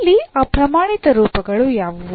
ಇಲ್ಲಿ ಆ ಪ್ರಮಾಣಿತ ರೂಪಗಳು ಯಾವುವು